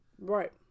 right